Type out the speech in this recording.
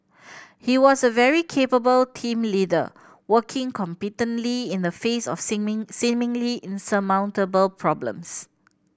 he was a very capable team leader working competently in the face of seeming seemingly insurmountable problems